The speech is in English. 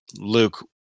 Luke